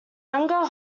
younger